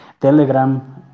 telegram